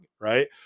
Right